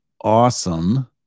awesome